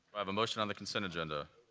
i have a motion on the consent agenda?